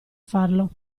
farlo